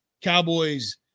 Cowboys